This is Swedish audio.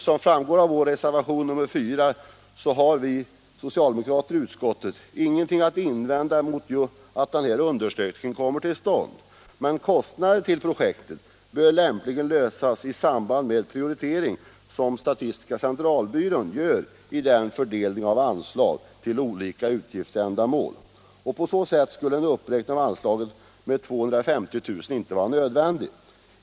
Som framgår av reservationen 4 har socialdemokraterna i utskottet inget att invända mot att den här undersökningen kommer till stånd, men frågan om kostnaderna till projektet bör lämpligen lösas i samband med den prioritering som statistiska centralbyrån gör i sin fördelning av anslag till olika utgiftsändamål. På så sätt skulle en uppräkning av anslaget med 250 000 kr. inte vara nödvändig.